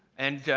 and